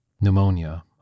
Pneumonia